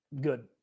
Good